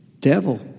devil